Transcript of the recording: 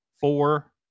four